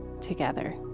together